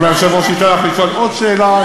אם היושב-ראש ייתן לך לשאול עוד שאלה,